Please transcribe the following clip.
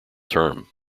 term